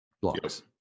blocks